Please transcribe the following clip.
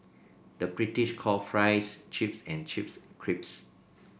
the British call fries chips and chips crisps